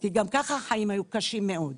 וגם ככה החיים היו קשים מאוד.